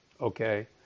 okay